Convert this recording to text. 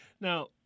Now